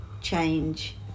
change